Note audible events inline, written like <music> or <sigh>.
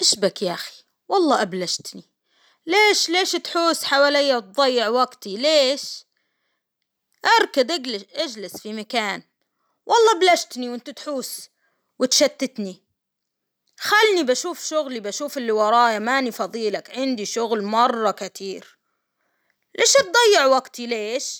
إيش بك يا أخي؟ والله أبلشتني، ليش- ليش تحوس حواليا تضيع وقتي؟ ليش؟ أركد <hesitation> إجلس في مكان، والله بلشتني وإنت تحوش وتشتتني، خلني بشوف شغلي، بشوف اللي ورايا، ماني فاضي لك، عندي شغل مرة كتير ليش تضيع وقتي ليش.